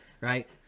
right